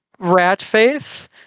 Ratface